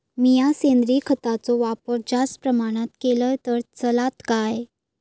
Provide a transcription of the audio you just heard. मीया सेंद्रिय खताचो वापर जास्त प्रमाणात केलय तर चलात काय?